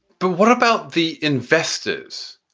but what about the investors?